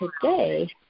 today